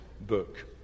book